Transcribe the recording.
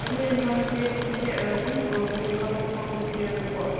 ꯑꯗꯨ ꯑꯦꯟꯇ꯭ꯔꯥꯟꯁ ꯇꯦꯁꯀꯨꯝꯕꯁꯦ ꯑꯗꯨꯝ ꯃꯣꯏꯅ ꯀꯠ ꯑꯣꯐ ꯃꯥꯔꯛ ꯀꯨꯝꯕ ꯄꯤꯔꯝꯅꯤꯀꯣ